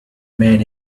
man